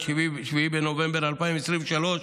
7 בנובמבר 2023,